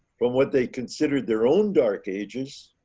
from what they considered their own dark ages,